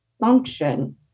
function